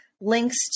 links